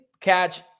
catch